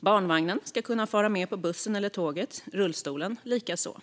Barnvagnen ska kunna fara med på bussen eller tåget och rullstolen likaså.